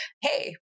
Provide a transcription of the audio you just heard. hey